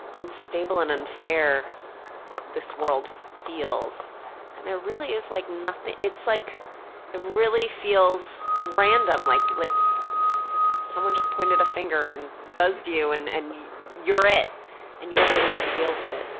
unstable and unfair this world feels and there really like nothing, it's like it really feels random, like like, someone just pointed a finger and buzzed you and and you're it and you're the one who had to deal with it.